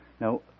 Now